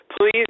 please